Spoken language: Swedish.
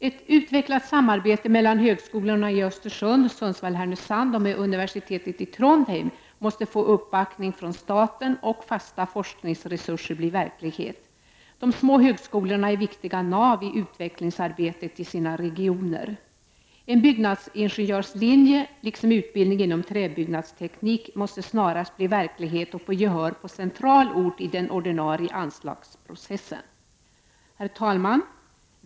Ett utvecklat samarbete mellan högskolorna i Östersund och Sundsvall/- Härnösand och med universitetet i Trondheim måste få uppbackning från staten, och fasta forskningsresurser måste bli verklighet. De små högskolorna är viktiga nav i utvecklingsarbetet i sina regioner. En byggnadsingenjörslinje, liksom utbildning inom träbyggnadsteknik måste snarast bli verklighet och få gehör på central ort i den ordinarie anslagsprocessen! Herr talman!